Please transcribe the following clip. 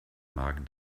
magen